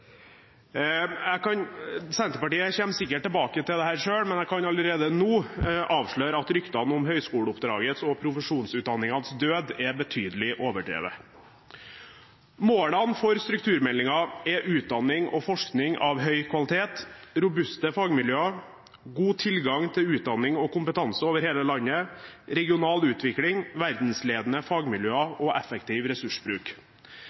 jeg kan allerede nå avsløre at ryktene om høyskoleoppdragets og profesjonsutdanningenes død er betydelig overdrevet. Målene for strukturmeldingen er utdanning og forskning av høy kvalitet, robuste fagmiljøer, god tilgang til utdanning og kompetanse over hele landet, regional utvikling, verdensledende fagmiljøer og effektiv ressursbruk.